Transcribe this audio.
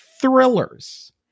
thrillers